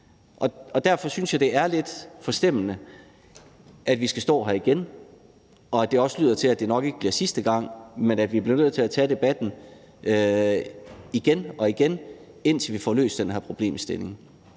Derfor synes jeg, det er lidt forstemmende, at vi skal stå her igen, og at det også lyder til, at det nok ikke bliver sidste gang, men at vi bliver nødt til at tage debatten igen og igen, indtil vi får løst den her problemstilling.